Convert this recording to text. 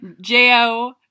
J-O